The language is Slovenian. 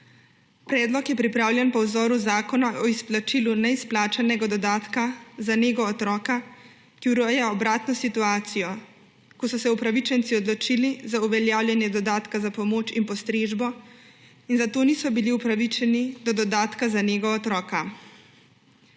Predlog je pripravljen po vzoru Zakona o izplačilu neizplačanega dodatka za nego otroka, ki ureja obratno situacijo, ko so se upravičenci odločili za uveljavljanje dodatka za pomoč in postrežbo in zato niso bili upravičeni do dodatka za nego otroka.